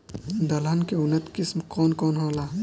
दलहन के उन्नत किस्म कौन कौनहोला?